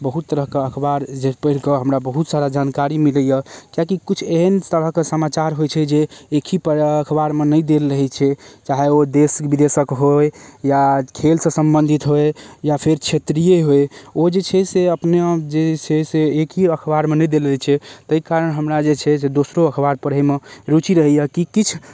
बहुत तरहके अखबार जे पढ़िकऽ हमरा बहुत सारा जानकारी मिलै यऽ किएक कि किछु एहन तरहके समाचार होइ छै जे एक ही अखबारमे नहि देल रहै छै चाहे ओ देश विदेशक होइ या खेलसँ सम्बन्धित होइ या फिर क्षेत्रीय होइ ओ जे छै से अपना जे छै से एक ही अखबारमे नहि देल रहै छै तै कारण हमरा जे छै से दोसरो अखबार पढ़ैमे रूचि रहै यऽ कि किछु